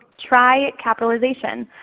try capitalization,